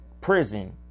prison